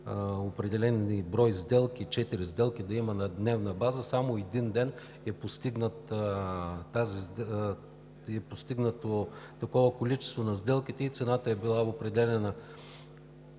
определен брой сделки – четири сделки да има на дневна база. Само за един ден е постигнато такова количество на сделките и цената е била определяна